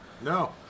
No